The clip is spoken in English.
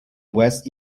west